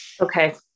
Okay